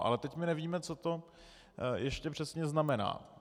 Ale teď my nevíme, co to ještě přesně znamená.